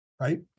Right